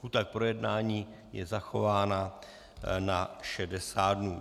Lhůta k projednání je zachována na 60 dnů.